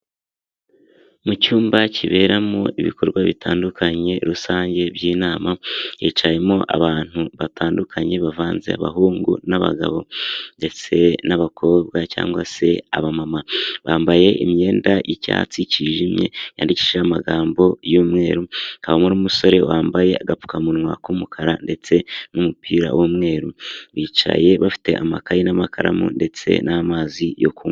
Mu cyumba kiberamo ibikorwa bitandukanye rusange by'inama hiicayemo abantu batandukanye bavanze abahungu n'abagabo ndetse n'abakobwa cyangwa se abamama, bambaye imyenda y'icyatsi cyijimye yandikishije amagambo y'umweru hakabamo n'umusore wambaye agapfukamunwa k'umukara ndetse n'umupira w'umweru, bicaye bafite amakayi n'amakaramu ndetse n'amazi yo kunywa.